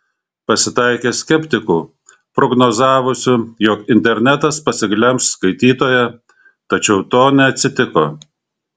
pasitaikė skeptikų prognozavusių jog internetas pasiglemš skaitytoją tačiau to neatsitiko